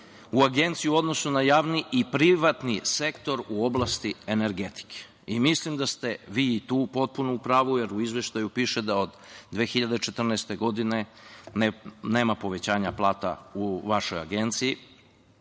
u Agenciji, u odnosu na javni i privatni sektor u oblasti energetike. Mislim da ste vi tu potpuno u pravu jer u Izveštaju piše da od 2014. godine nema povećanja plata u vašoj Agenciji.S